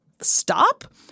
stop